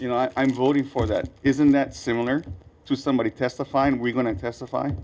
you know i'm voting for that isn't that similar to somebody testifying we're going to testify